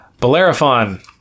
Bellerophon